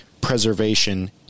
preservation